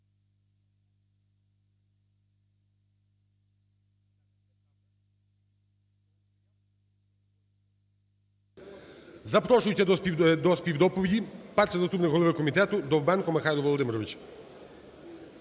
Запрошується до співдоповіді перший заступник голови комітетуДовбенко Михайло Володимирович.